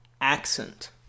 Accent